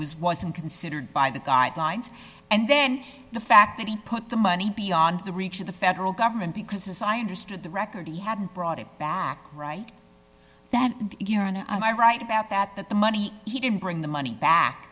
was wasn't considered by the guidelines and then the fact that he put the money beyond the reach the federal government because as i understood the record he had brought it back right that year and i write about that that the money he didn't bring the money back